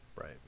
right